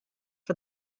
for